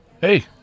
Hey